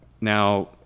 Now